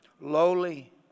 lowly